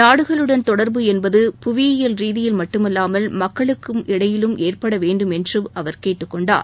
நாடுகளுடன் தொடர்பு என்பது புவியியல் ரீதியில் மட்டுமல்லாமல் மக்களுக்கும் இடையிலும் ஏற்பட வேண்டும் என்று அவர் கேட்டுக்கொண்டார்